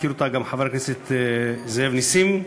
הזכיר אותה גם חבר הכנסת זאב נסים,